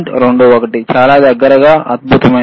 21 చాలా దగ్గరగా అద్భుతమైనది